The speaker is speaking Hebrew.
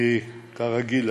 כרגיל,